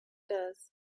does